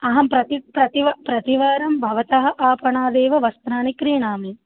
अहं प्रति प्रति प्रतिवारं भवतः आपणादेव वस्त्राणि क्रीणामि